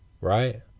right